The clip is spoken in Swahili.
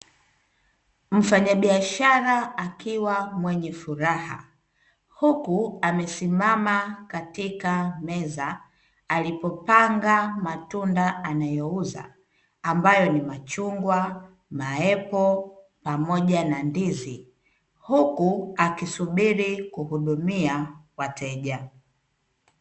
Mfanyabiashara akiwa mwenye furaha, huku amesimama katika meza alipopanga matunda anayouza ambayo ni machungwa, maepo pamoja na ndizi huku akisubiri kuhudumia wateja.